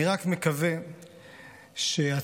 אני רק מקווה שהציבור,